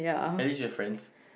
at least you have friends